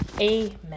Amen